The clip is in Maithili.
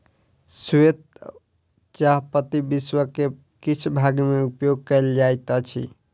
श्वेत चाह पत्ती विश्व के किछ भाग में उपयोग कयल जाइत अछि